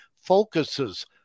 focuses